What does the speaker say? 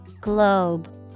Globe